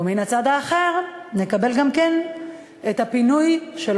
ומן הצד האחר נקבל גם כן את הפינוי של